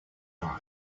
die